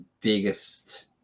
biggest